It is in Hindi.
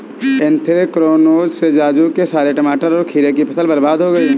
एन्थ्रेक्नोज से राजू के सारे टमाटर और खीरे की फसल बर्बाद हो गई